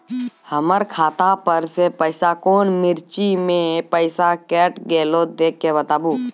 हमर खाता पर से पैसा कौन मिर्ची मे पैसा कैट गेलौ देख के बताबू?